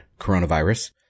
coronavirus